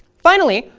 finally,